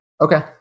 Okay